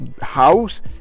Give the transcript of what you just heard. house